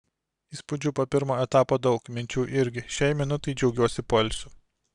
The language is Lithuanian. įspūdžių po pirmo etapo daug minčių irgi šiai minutei džiaugiuosi poilsiu